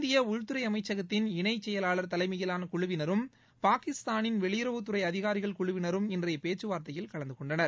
இந்திய உள்துறை அமைச்சகத்தின் இணை செயவாளர் தலைமையிலான குழுவினரும் பாகிஸ்தானின் வெளியுறவுத் துறை அதிகாரிகள் குழுவினரும் இன்றைய பேச்சுவார்த்தையில் கலந்து கொண்டனர்